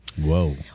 Whoa